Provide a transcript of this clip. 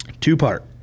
Two-part